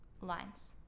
lines